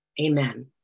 Amen